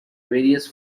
various